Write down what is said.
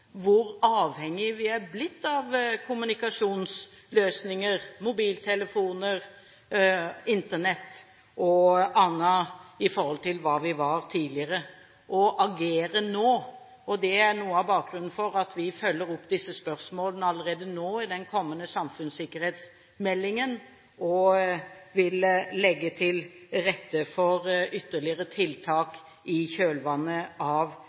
hvor avhengige vi er blitt av kommunikasjonsløsninger – mobiltelefoner, Internett og annet – i forhold til hva vi var tidligere, og agere nå. Det er noe av bakgrunnen for at vi følger opp disse spørsmålene allerede nå i den kommende samfunnssikkerhetsmeldingen, og vi vil legge til rette for ytterligere tiltak i kjølvannet av